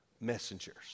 messengers